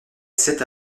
cet